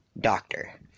doctor